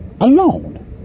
alone